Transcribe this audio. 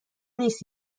نیست